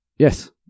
Yes